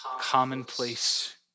commonplace